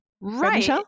Right